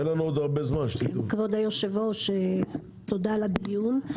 כבוד היושב-ראש, תודה על הדיון.